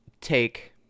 take